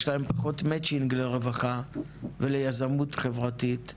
יש להן פחות מצ'ינג לרווחה וליזמות חברתית,